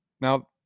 Now